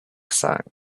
sagen